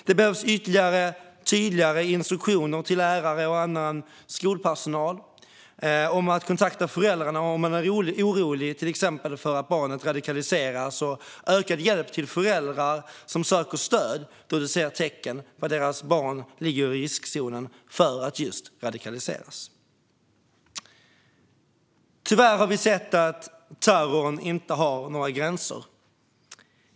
Det behövs tydligare instruktioner till lärare och annan skolpersonal om att kontakta föräldrarna om man är orolig till exempel för att barnet radikaliseras och ökad hjälp till föräldrar som söker stöd då de ser tecken på att deras barn ligger i riskzonen för att radikaliseras. Tyvärr har vi sett att terrorn inte har några gränser.